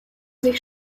sich